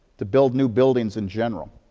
to build new buildings in general.